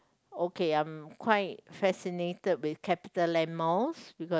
okay I'm quite fascinated with Capital Land malls because